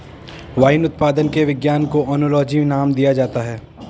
wine उत्पादन के विज्ञान को ओनोलॉजी नाम दिया जाता है